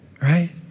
right